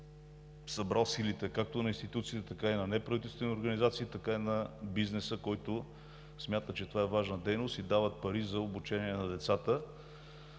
събрал силите както на институциите, така и на неправителствени организации, така и на бизнеса, който смята, че това е важна дейност, и дават пари за обучение на децата.